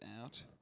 out